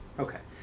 okay.